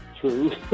true